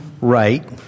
right